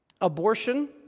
abortion